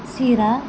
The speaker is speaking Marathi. शिरा